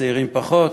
צעירים פחות.